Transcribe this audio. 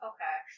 Okay